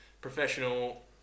Professional